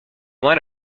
line